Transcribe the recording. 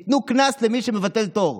ייתנו קנס למי שמבטל תור.